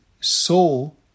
soul